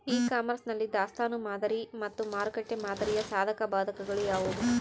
E commerce ನಲ್ಲಿ ದಾಸ್ತನು ಮಾದರಿ ಮತ್ತು ಮಾರುಕಟ್ಟೆ ಮಾದರಿಯ ಸಾಧಕಬಾಧಕಗಳು ಯಾವುವು?